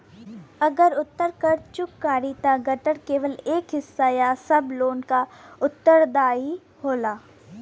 अगर उधारकर्ता चूक करि त गारंटर केवल एक हिस्सा या सब लोन क उत्तरदायी होला